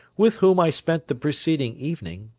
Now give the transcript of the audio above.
with whom i spent the preceding evening,